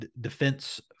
defense